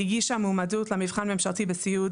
היא הגישה מועמדות למבחן ממשלתי בסיעוד,